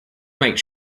make